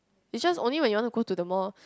it's just only when you want to go to the more